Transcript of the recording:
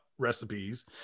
Recipes